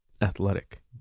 Athletic